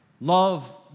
Love